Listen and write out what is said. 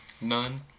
none